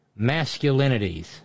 Masculinities